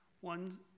one